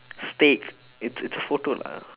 steak it's it's a photo lah